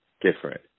different